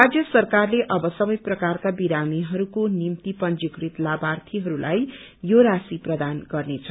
राज्य सरकारले अब सबै प्रकारका विरामीहरूको निम्ति पंजीकरण लाभार्थीहरूलाई यो राशि प्रदान गर्नेछ